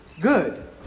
good